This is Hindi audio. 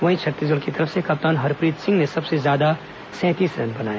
वहीं छत्तीसगढ़ की तरफ से कप्तान हरप्रीत सिंह ने सबसे ज्यादा सैंतीस रन बनाए